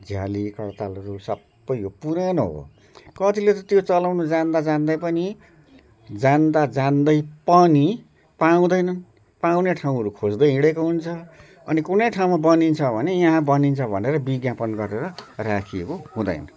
झ्याली कठतालहरू सबै यो पुरानो हो कतिले त त्यो चलाउनु जान्दा जान्दै पनि जान्दा जान्दै पनि पाउँदैन पाउने ठाउँहरू खोज्दै हिँडेको हुन्छ अनि कुनै ठाउँमा बनिन्छ भने यहाँ बनिन्छ भनेर विज्ञापन गरेर राखिएको हुँदैन